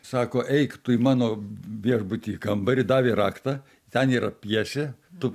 sako eik tu į mano viešbutį į kambarį davė raktą ten yra pjesė tu